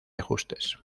ajustes